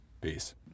Peace